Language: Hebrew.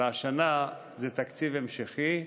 והשנה זה תקציב המשכי,